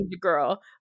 girl